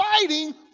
fighting